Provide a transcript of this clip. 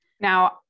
Now